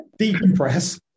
decompress